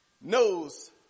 knows